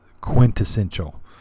quintessential